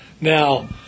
Now